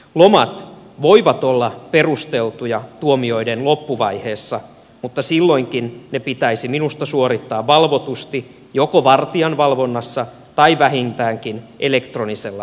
lomat voivat olla perusteltuja tuomioiden loppuvaiheessa mutta silloinkin ne pitäisi minusta suorittaa valvotusti joko vartijan valvonnassa tai vähintäänkin elektronisella pantavalvonnalla